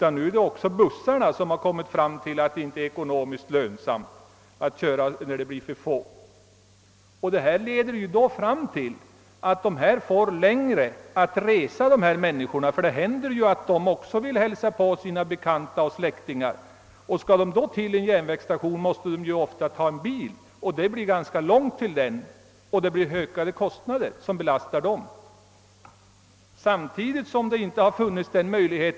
Nu har man kommit fram till att bussarna inte heller är ekonomiskt lönsamma, med turindragningar som följd. Detta leder fram till att de människor som bor i glesbygderna får längre väg till kollektiva trafikmedel när de, vilket dock ibland inträffar, vill hälsa på sina bekanta och släktingar. För att komma fram till en järnvägsstation måste de ofta ta taxi, och på så sätt ökar kostnaderna för deras resor.